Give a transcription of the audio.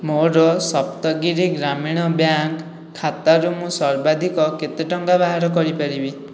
ମୋର ସପ୍ତଗିରି ଗ୍ରାମୀଣ ବ୍ୟାଙ୍କ ଖାତାରୁ ମୁଁ ସର୍ବାଧିକ କେତେ ଟଙ୍କା ବାହାର କରିପାରିବି